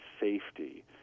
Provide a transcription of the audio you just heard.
safety